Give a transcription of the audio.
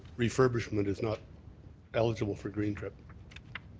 refurbishment is not eligible for green trip.